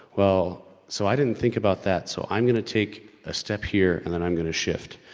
well so i didn't think about that so i'm gonna take a step here and then i'm gonna shift.